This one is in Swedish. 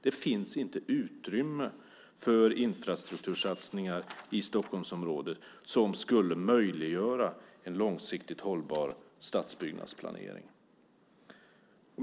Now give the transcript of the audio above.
Det finns inte utrymme för infrastruktursatsningar i Stockholmsområdet som skulle möjliggöra en långsiktigt hållbar stadsbyggnadsplanering.